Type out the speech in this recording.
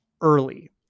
early